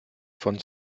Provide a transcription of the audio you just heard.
von